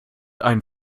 einen